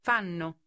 Fanno